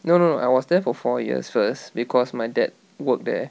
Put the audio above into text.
no no no I was there for four years first because my dad work there